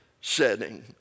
setting